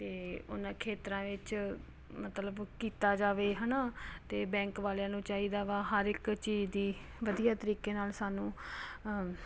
ਅਤੇ ਉਹਨਾਂ ਖੇਤਰਾਂ ਵਿੱਚ ਮਤਲਬ ਕੀਤਾ ਜਾਵੇ ਹੈ ਨਾ ਅਤੇ ਬੈਂਕ ਵਾਲਿਆਂ ਨੂੰ ਚਾਹੀਦਾ ਵਾ ਹਰ ਇੱਕ ਚੀਜ਼ ਦੀ ਵਧੀਆ ਤਰੀਕੇ ਨਾਲ ਸਾਨੂੰ